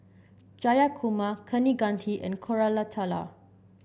Jayakumar Kaneganti and Koratala